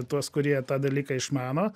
tuos kurie tą dalyką išmano